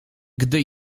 gdy